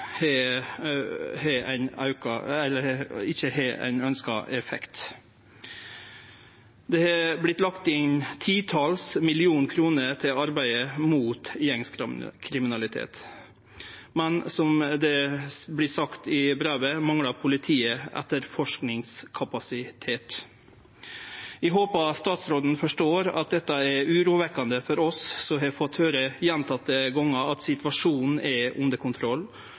har ein ønskt effekt. Ein har lagt inn eit tital millionar kroner til arbeidet mot gjengkriminalitet, men som det vert sagt i brevet, manglar politiet etterforskingskapasitet. Eg håpar statsråden forstår at dette er urovekkjande for oss som har fått høyre gjentekne gonger at situasjonen er under kontroll,